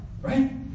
right